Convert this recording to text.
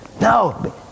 No